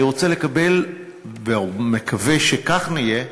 אני רוצה לקבל, ומקווה שכך יהיה,